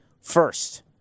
First